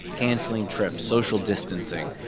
canceling trips, social distancing.